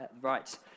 right